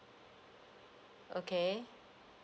okay